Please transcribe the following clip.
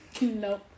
Nope